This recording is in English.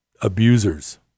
abusers